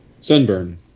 sunburn